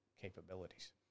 capabilities